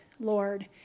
Lord